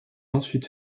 ensuite